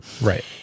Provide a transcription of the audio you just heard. Right